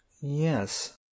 Yes